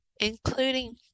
including